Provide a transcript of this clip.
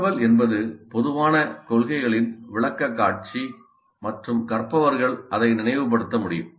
தகவல் என்பது பொதுவான கொள்கைகளின் விளக்கக்காட்சி மற்றும் கற்பவர்கள் அதை நினைவுபடுத்த முடியும்